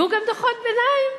יהיו גם דוחות ביניים.